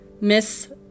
Miss